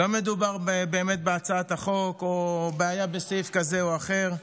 לא מדובר באמת בהצעת החוק או בעיה בסעיף כזה או אחר,